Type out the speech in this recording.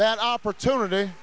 that opportunity